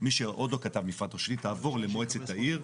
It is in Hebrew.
מי שעוד לא כתב מפרט, או שהיא תעבור למועצת העיר.